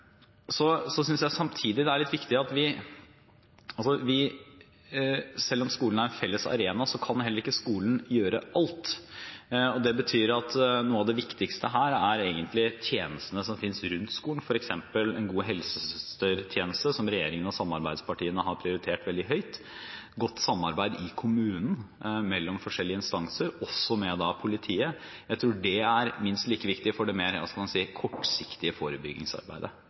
en felles arena, kan ikke skolen gjøre alt. Det betyr at noe av det viktigste egentlig er tjenestene som finnes rundt skolen, f.eks. en god helsesøstertjeneste, som regjeringen og samarbeidspartiene har prioritert veldig høyt, og godt samarbeid i kommunen mellom forskjellige instanser, også med politiet. Jeg tror det er minst like viktig for det mer